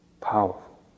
Powerful